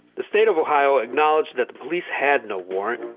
the state of ohio acknowledged that the police had no warrant,